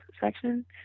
section